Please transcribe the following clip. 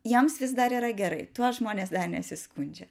jiems vis dar yra gerai tuo žmonės dar nesiskundžia